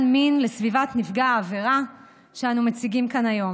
מין לסביבת נפגע העבירה שאנו מציגים כאן היום.